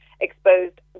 exposed